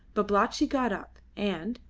babalatchi got up, and,